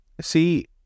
see